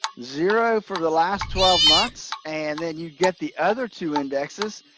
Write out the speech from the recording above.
zero for the last twelve months and then you get the other two indexes,